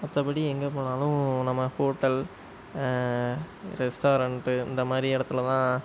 மற்றபடி எங்கே போனாலும் நம்ம ஹோட்டல் ரெஸ்டாரண்ட்டு இந்த மாதிரி இடத்துல தான்